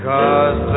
Cause